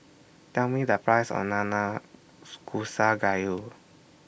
Tell Me The Price of Nanakusa Gayu